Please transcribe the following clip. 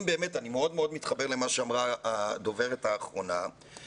אני מאוד מתחבר למה שאמרה הדוברת האחרונה,